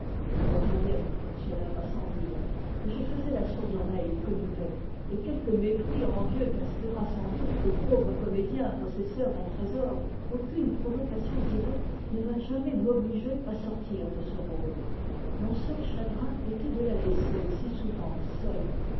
on me raillait cela va sans dire mais je faisais la sourde oreille aux quolibets et quelque mépris envieux qu'inspirât sans doute le pauvre comédien possesseur d'un trésor aucune provocation directe ne vint jamais m'obliger à sortir de ce rôle mon seul chagrin était de la laisser si souvent seule